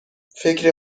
فکر